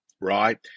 right